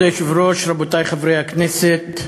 כבוד היושב-ראש, רבותי חברי הכנסת,